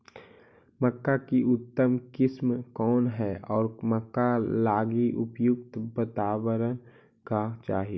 मक्का की उतम किस्म कौन है और मक्का लागि उपयुक्त बाताबरण का चाही?